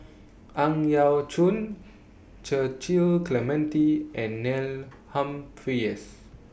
Ang Yau Choon Cecil Clementi and Neil Humphreys